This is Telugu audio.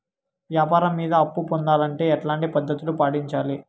వ్యాపారం మీద అప్పు పొందాలంటే ఎట్లాంటి పద్ధతులు పాటించాలి?